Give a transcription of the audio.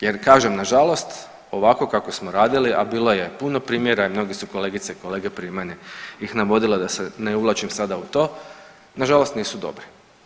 Jer kažem nažalost, ovako kako smo radili, a bilo je puno primjera i mnoge su kolegice i kolege prije mene ih navodile da se ne uvlačim sada u to, nažalost nisu dobre.